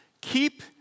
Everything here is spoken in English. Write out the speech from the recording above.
keep